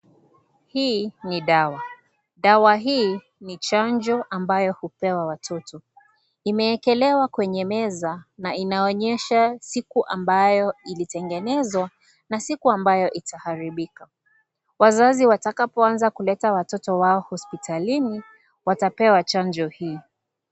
Hii ni dawa , dawa hii ni chanjo ambayo hupewa watoto. Imeekelewa kwenye meza na inaonyesha siku ambayo ilitengenezwa na siku ambayo itaharibika , wazazi watakapoanza kuleta watoto wao hospitalini watapewa chanjo hii.